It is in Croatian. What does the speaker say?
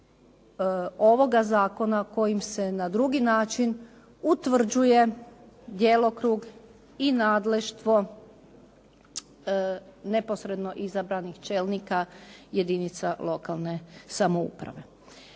ovoga zakona kojim se na drugi način utvrđuje djelokrug i nadleštvo neposredno izabranih čelnika jedinica lokalne samouprave.